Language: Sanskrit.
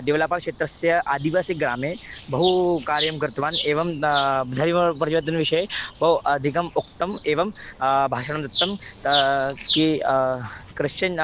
देवलापाव् क्षेत्रस्य आदिवासीग्रामे बहु कार्यं कृतवान् एवं धरिव परिवर्तनविषये बहु अधिकम् उक्तम् एवं भाषणं दत्तं ते के क्रिश्चन्